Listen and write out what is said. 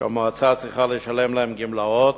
שהמועצה צריכה לשלם לה גמלאות,